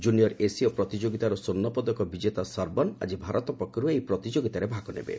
junior ଏସୀୟ ପ୍ରତିଯୋଗିତାର ସ୍ପର୍ଣ୍ଣପଦକ ବିଜେତା ସର୍ବନ ଆଜି ଭାରତ ପକ୍ଷରୁ ଏହି ପ୍ରତିଯୋଗିତାରେ ଭାଗ ନେବେ